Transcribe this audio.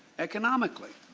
economically!